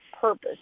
purpose